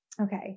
Okay